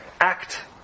ACT